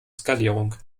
skalierung